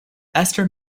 esther